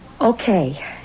Okay